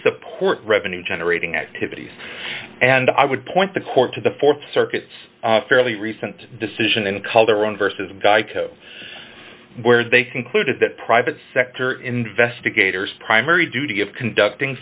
support revenue generating activities and i would point the court to the th circuit's fairly recent decision in color on versus geico where they concluded that private sector investigators primary duty of conducting